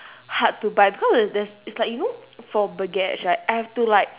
hard to bite because it's there's it's like you know for baguettes right I have to like